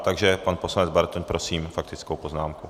Takže pan poslanec Bartoň, prosím, s faktickou poznámkou.